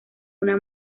una